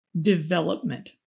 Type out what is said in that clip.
development